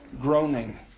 groaning